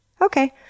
Okay